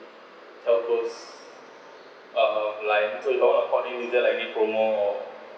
telco uh line so if I droping is there any promo or